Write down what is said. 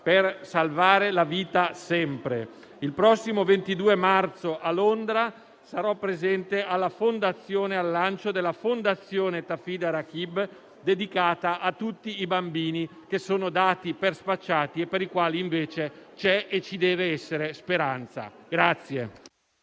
per salvare la vita sempre. Il prossimo 22 marzo a Londra sarò presente al lancio della fondazione «Tafida Raqeeb» dedicata a tutti i bambini che sono dati per spacciati e per i quali invece c'è e ci deve essere speranza.